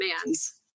demands